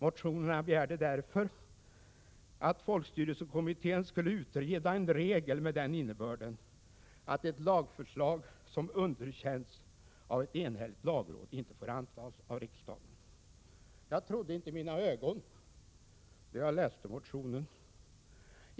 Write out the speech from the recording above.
Motionärerna begärde att folkstyrelsekommittén skulle utreda en regel med den innebörden att ett lagförslag som underkänts av ett enhälligt lagråd inte får antas av riksdagen. Jag trodde inte mina ögon då jag läste motionen.